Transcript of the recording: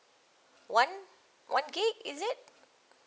one one gigabyte is it